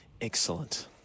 Excellent